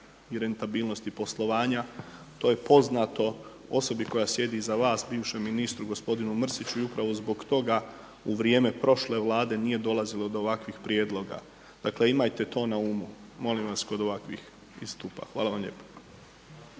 i rentabilnosti poslovanja. To je poznato osobi koja sjedi iza vas, bivšem ministru gospodinu Mrsiću i upravo zbog toga u vrijeme prošle Vlade nije dolazilo do ovakvih prijedloga. Dakle, imajte to na umu molim vas kod ovakvih istupa. Hvala vam lijepo.